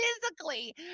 physically